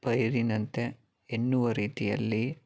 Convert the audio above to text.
ಪೈರಿನಂತೆ ಎನ್ನುವ ರೀತಿಯಲ್ಲಿ